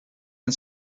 and